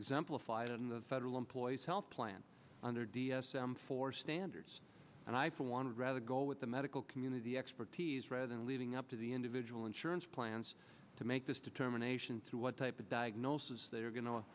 exemplified in the federal employees health plan under d s m four standards and i for one would rather go with the medical community expertise rather than living up to the individual insurance plans to make this determination through what type of diagnosis they're going to